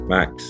Max